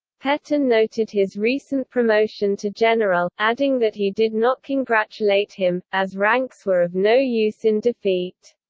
petain noted his recent promotion to general, adding that he did not congratulate him, as ranks were of no use in defeat.